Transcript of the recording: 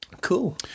Cool